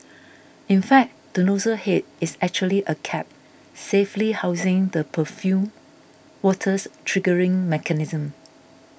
in fact the nozzle head is actually a cap safely housing the perfumed water's triggering mechanism